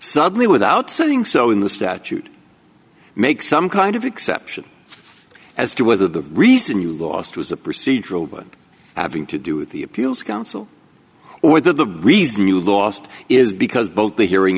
suddenly without saying so in the statute make some kind of exception as to whether the reason you lost was a procedural vote having to do with the appeals council or the reason you lost is because both the hearing